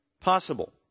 possible